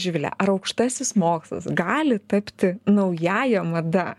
živile ar aukštasis mokslas gali tapti naująja mada